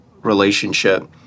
relationship